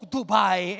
Dubai